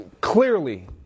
clearly –